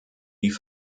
die